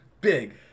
big